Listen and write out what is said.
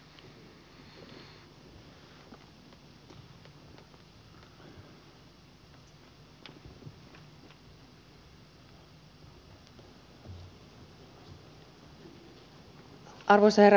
arvoisa herra puhemies